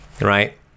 Right